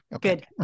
good